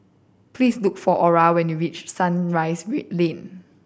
please look for Ora when you reach Sunrise Lane